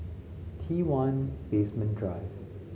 T One Basement Drive